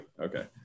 Okay